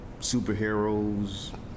superheroes